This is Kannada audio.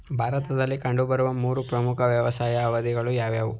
ಭಾರತದಲ್ಲಿ ಕಂಡುಬರುವ ಮೂರು ಪ್ರಮುಖ ವ್ಯವಸಾಯದ ಅವಧಿಗಳು ಯಾವುವು?